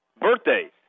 Birthdays